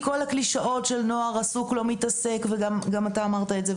הקלישאות של "נוער עסוק לא מתעסק" גם אתה אמרת את זה,